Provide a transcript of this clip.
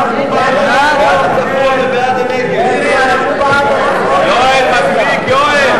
לשנת הכספים 2011, לא נתקבלו.